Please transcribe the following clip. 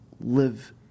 live